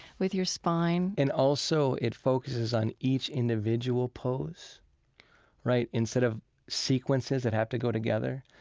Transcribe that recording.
with your spine and also it focuses on each individual pose right, instead of sequences that have to go together.